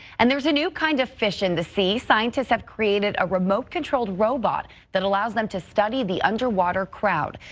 and there's a new kind of fish in the sea. scientis scientists created a remote control robot that allows them to study the underwater crowd.